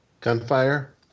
Gunfire